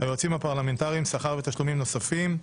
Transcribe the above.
היועצים הפרלמנטריים שכר ותשלומים נוספים.